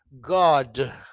God